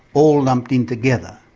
all lumped in together.